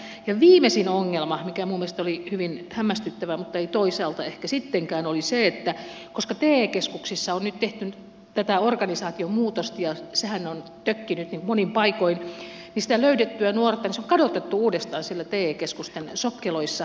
ja viimeisin ongelma mikä minun mielestäni oli hyvin hämmästyttävä mutta ei toisaalta ehkä sittenkään oli se että koska te keskuksissa on nyt tehty tätä organisaatiomuutosta ja sehän on tökkinyt monin paikoin niin se löydetty nuori on kadotettu uudestaan siellä te keskusten sokkeloissa